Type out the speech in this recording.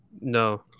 No